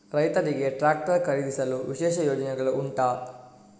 ರೈತರಿಗೆ ಟ್ರಾಕ್ಟರ್ ಖರೀದಿಸಲು ವಿಶೇಷ ಯೋಜನೆಗಳು ಉಂಟಾ?